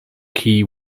key